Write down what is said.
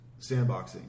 sandboxing